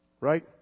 right